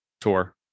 tour